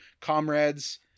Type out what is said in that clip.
comrades